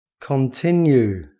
continue